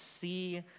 see